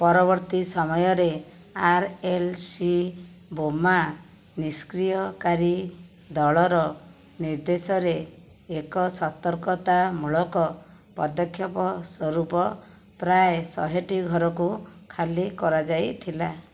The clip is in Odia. ପରବର୍ତ୍ତୀ ସମୟରେ ଆର୍ ଏଲ୍ ସି ବୋମା ନିଷ୍କ୍ରିୟକାରୀ ଦଳର ନିର୍ଦ୍ଦେଶରେ ଏକ ସତର୍କତାମୂଳକ ପଦକ୍ଷେପ ସ୍ୱରୂପ ପ୍ରାୟ ଶହେଟି ଘରକୁ ଖାଲି କରାଯାଇଥିଲା